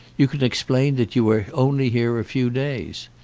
you can explain that you are only here a few days.